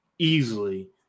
easily